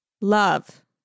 love